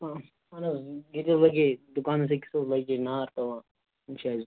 آ اَہَن حظ ییٚتہِ حظ لَگے دُکانَس أکِس لَگے نار توا چھِ حظ